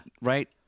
Right